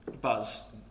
Buzz